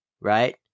right